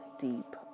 deep